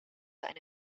eine